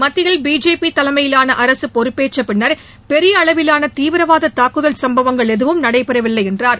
மத்தியில் பிஜேபி தலைமையிலான அரசு பொறுப்பேற்ற பின்னர் பெரிய அளவிலான தீவிரவாத தாக்குதல் சம்பவங்கள் எதுவும் நடைபெறவில்லை என்றார்